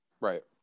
Right